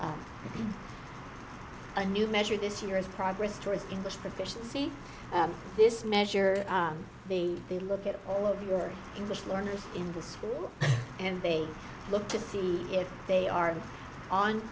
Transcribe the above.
a new measure this year is progress towards english proficiency this measure they they look at all of your english learners in the school and they look to see if they are on